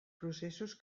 processos